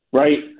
right